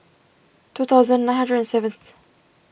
two thousand nine hundred seventh